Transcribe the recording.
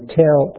tell